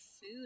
food